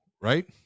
right